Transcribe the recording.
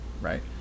right